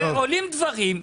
עולים דברים,